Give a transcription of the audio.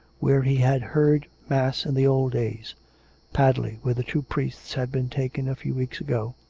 where he had heard mass in the old days padley, where the two priests had been taken a few weeks ago.